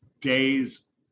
days